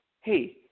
Hey